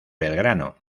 belgrano